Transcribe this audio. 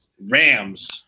Rams